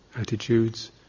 attitudes